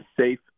safe